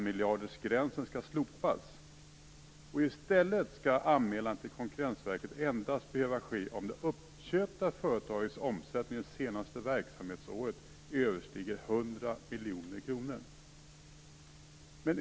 miljardersgränsen skall slopas. I stället skall anmälan till Konkurrensverket endast behöva ske om det uppköpta företagets omsättning det senaste verksamhetsåret överstiger 100 miljoner kronor.